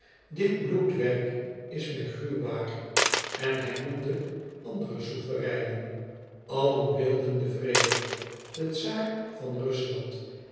dit bloedwerk is mij gruwbaar en hij noemde andere souvereinen allen wilden den vrede de czaar van rusland